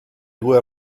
due